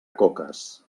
coques